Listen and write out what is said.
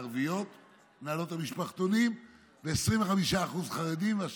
ממנהלות המשפחתונים הן ערביות ו-25% חרדות והשאר,